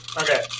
Okay